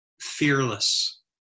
fearless